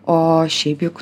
o šiaip juk